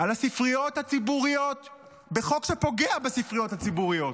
על הספריות הציבוריות בחוק שפוגע בספריות הציבוריות.